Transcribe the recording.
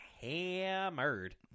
hammered